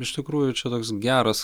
iš tikrųjų čia toks geras